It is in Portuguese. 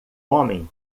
homem